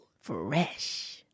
Fresh